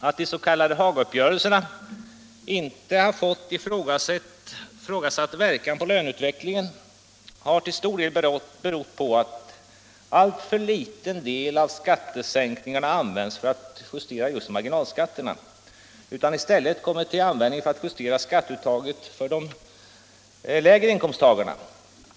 Att de s.k. Hagauppgörelserna inte har fått avsedd verkan på löneutvecklingen har till stor del berott på att alltför liten del av skattesänkningarna har använts för att justera marginalskatterna och i stället har kommit till användning för att justera skatteuttaget för de lägre in komsttagarna.